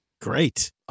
Great